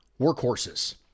workhorses